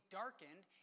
darkened